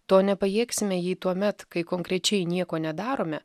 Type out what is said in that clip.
to nepajėgsime jei tuomet kai konkrečiai nieko nedarome